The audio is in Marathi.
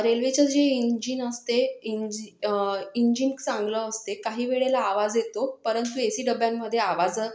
रेल्वेचं जे इंजिन असते इंजि इंजिंक चांगलं असते काही वेळेला आवाज येतो परंतु ए सी डब्यांमध्ये आवाज